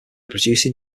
producing